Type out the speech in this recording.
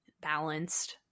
balanced